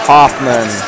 Hoffman